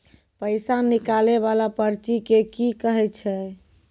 पैसा निकाले वाला पर्ची के की कहै छै?